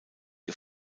ihr